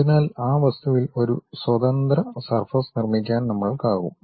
അതിനാൽ ആ വസ്തുവിൽ ഒരു സ്വതന്ത്ര സർഫസ് നിർമ്മിക്കാൻ നമ്മൾക്കാകും